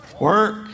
Work